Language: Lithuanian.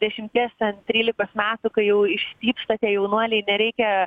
dešimties ten trylikos metų kai jau išstypsta tie jaunuoliai nereikia